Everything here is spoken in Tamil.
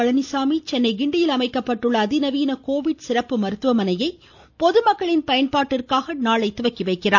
பழனிச்சாமி சென்னை கிண்டியில் அமைக்கப்பட்டுள்ள அதிநவீன கோவிட் சிறப்பு மருத்துவமனையை பொதுமக்களின் பயன்பாட்டிற்காக நாளை தொடங்கிவைக்கிறார்